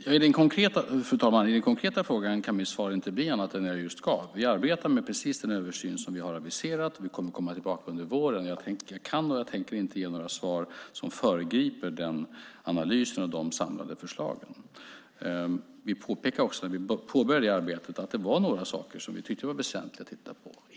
Fru talman! På den konkreta frågan kan mitt svar inte bli annat än det jag just gav. Vi arbetar med den översyn som vi har aviserat. Vi kommer att komma tillbaka under våren. Jag kan inte, och jag tänker inte, ge några svar som föregriper den analysen och de samlade förslagen. När vi påbörjade det arbetet påpekade vi också att det var några saker som vi tyckte var väsentliga att titta på.